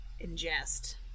ingest